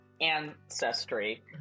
ancestry